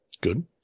Good